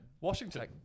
Washington